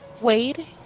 Wade